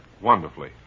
wonderfully